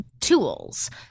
tools